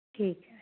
ਠੀਕ ਹੈ